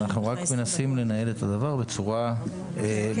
אנחנו רק מנסים לנהל את הדבר בצורה מקצועית,